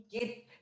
get